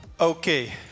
Okay